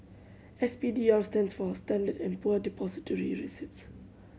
S P D R stands for Standard and Poor Depository Receipts